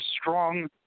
strong